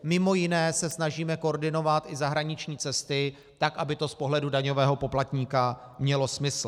Mimo jiné se snažíme koordinovat i zahraniční cesty tak, aby to z pohledu daňového poplatníka mělo smysl.